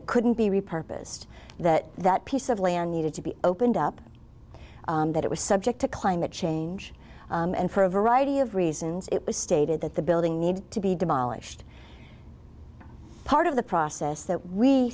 it couldn't be repurposed that that piece of land needed to be opened up that it was subject to climate change and for a variety of reasons it was stated that the building needs to be demolished part of the process that we